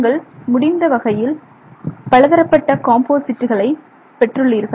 நீங்கள் முடிந்த வகையில் பலதரப்பட்ட காம்போசிட்டுகளை பெற்றுளீர்கள்